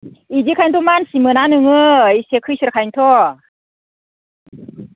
बिदिखायन्थ' मानसि मोना नोङो एसे खैसोरखायन्थ'